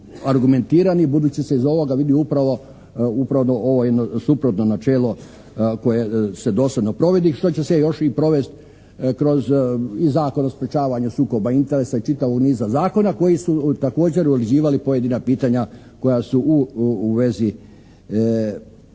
argumentirati budući se iz ovoga vidi upravo ovo jedno suprotno načelo koje se dosljedno provodi što će se još i provesti kroz Zakon o sprječavanju sukoba interesa i čitavog niza zakona koji su također uređivali pojedina pitanja koja su u vezi